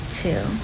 two